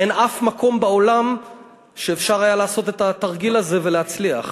אין אף מקום בעולם שאפשר היה לעשות בו את התרגיל הזה ולהצליח.